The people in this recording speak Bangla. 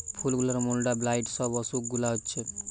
ফুল গুলার মোল্ড, ব্লাইট সব অসুখ গুলা হচ্ছে